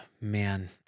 Man